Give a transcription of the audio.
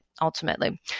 Ultimately